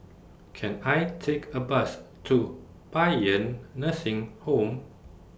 Can I Take A Bus to Paean Nursing Home